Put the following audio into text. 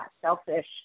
selfish